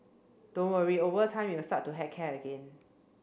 don't worry over time you will start to heck care again